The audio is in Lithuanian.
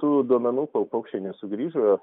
tų duomenų kol paukščiai nesugrįžo